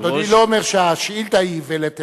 אדוני לא אומר שהשאילתא היא איוולת,